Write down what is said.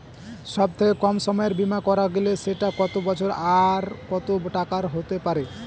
সব থেকে কম সময়ের বীমা করা গেলে সেটা কত বছর আর কত টাকার হতে পারে?